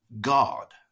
God